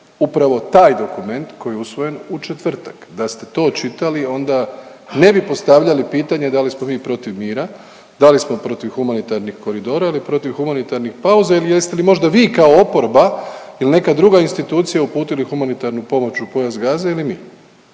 upravo taj dokument koji je usvojen u četvrtak. Da ste to čitali onda ne bi postavljali pitanje da li smo mi protiv mira, da li smo protiv humanitarnih koridora ili protiv humanitarnih pauza ili jeste li možda vi kao oporba ili neka druga institucija uputili humanitarnu pomoć u pojas Gaze ili mi.